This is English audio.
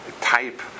type